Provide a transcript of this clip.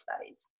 studies